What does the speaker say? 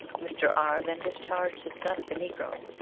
mr. r. then discharged his gun at the negro,